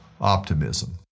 optimism